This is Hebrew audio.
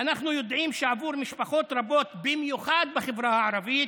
ואנחנו יודעים שעבור משפחות רבות במיוחד בחברה הערבית